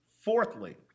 Fourthly